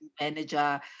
manager